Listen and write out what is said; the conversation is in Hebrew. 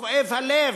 וכואב הלב,